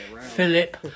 Philip